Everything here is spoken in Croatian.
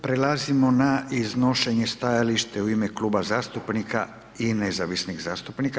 Prelazimo na iznošenje stajalište u ime kluba zastupnika i Nezavisnih zastupnika.